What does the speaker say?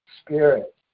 spirit